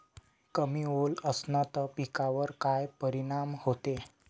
कमी ओल असनं त पिकावर काय परिनाम होते?